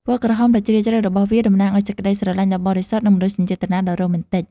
ពណ៌ក្រហមដ៏ជ្រាលជ្រៅរបស់វា តំណាងឲ្យសេចក្ដីស្រឡាញ់ដ៏បរិសុទ្ធ និងមនោសញ្ចេតនាដ៏រ៉ូមែនទិក។